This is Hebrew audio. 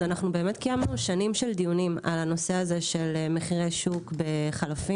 קיימנו שנים של דיונים על הנושא הזה של מחירי שוק בחלפים.